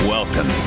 Welcome